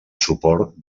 suport